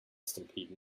stampede